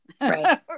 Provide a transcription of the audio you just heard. Right